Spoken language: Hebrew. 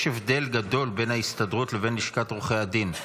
יש הבדל גדול בין ההסתדרות לבין לשכת עורכי הדין,